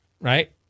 right